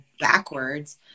backwards